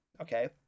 okay